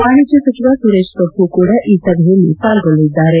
ವಾಣಿಜ್ಲ ಸಚಿವ ಸುರೇಶ್ ಪ್ರಭು ಕೂಡ ಈ ಸಭೆಯಲ್ಲಿ ಪಾಲ್ಗೊಳ್ಳಲಿದ್ದಾರೆ